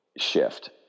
shift